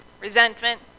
Resentment